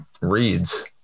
reads